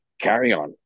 carry-on